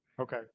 Okay